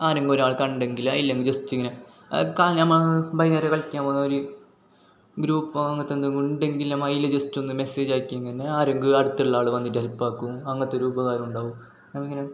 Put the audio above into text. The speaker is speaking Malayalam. ആരെങ്കിലും ഒരാൾ കണ്ടെങ്കിൽ അതിൽ ജസ്റ്റ് ഇങ്ങനെ വൈകുന്നേരം കളിക്കാൻ പോകുന്ന ഒരു ഗ്രൂപ്പോ അങ്ങനത്തെ എന്തെങ്കിലും ഉണ്ടെങ്കിൽ അതിൽ ജസ്റ്റ് ഒന്ന് മെസ്സേജ് ആക്കിയെങ്കിലന്നെ ആരെങ്കിലും അടുത്തുള്ള ആൾ വന്നിട്ട് ഹെൽപ്പാക്കും അങ്ങനത്തെ ഒരു ഉപകാരം ഉണ്ടാവും നമുക്കിങ്ങനെ